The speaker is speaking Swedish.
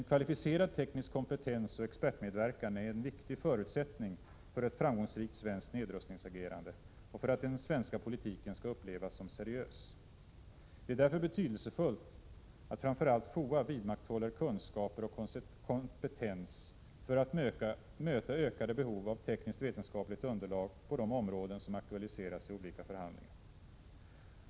En kvalificerad teknisk kompetens och expertmedverkan är en viktig förutsättning för ett framgångsrikt svenskt nedrustningsagerande och för att den svenska politiken skall upplevas som seriös. Det är därför betydelsefullt att framförallt FOA vidmakthåller kunskaper och kompetens för att möta ökande behov av tekniskt-vetenskapligt underlag på de områden som aktualiseras i olika förhandlingar.